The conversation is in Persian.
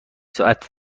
ساعت